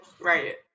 right